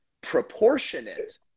proportionate